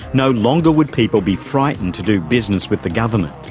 no longer would people be frightened to do business with the government,